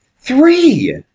Three